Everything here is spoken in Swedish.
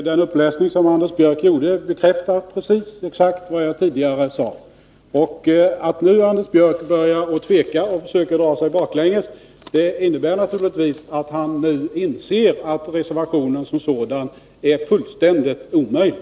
Herr talman! Anders Björcks uppläsning bekräftar tyvärr precis det som jagtidigare sade. Att Anders Björck nu tvekar och försöker dra sig baklänges innebär naturligtvis att han nu inser att reservationen som sådan är fullständigt omöjlig.